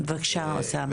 בבקשה, אוסאמה.